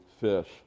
fish